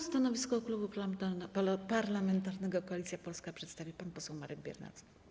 Stanowisko Klubu Parlamentarnego Koalicja Polska przedstawi pan poseł Marek Biernacki.